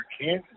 Kansas